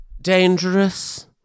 dangerous